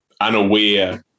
unaware